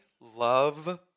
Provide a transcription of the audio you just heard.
love